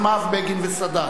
בגין וסאדאת.